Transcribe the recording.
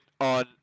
on